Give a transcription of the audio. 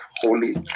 holy